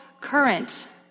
current